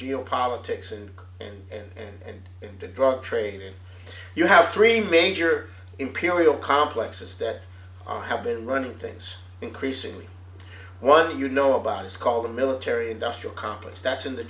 geopolitics and and and and and into drug trade and you have three major imperial complexes that have been running things increasingly one you know about is called a military industrial complex that's in the